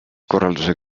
korralduse